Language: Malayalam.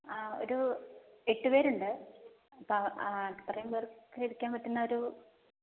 ആ ഒരു എട്ടു പേരുണ്ട് അപ്പോൾ ആ അത്രയും പേർക്ക് ഇരിക്കാൻ പറ്റുന്ന ഒരു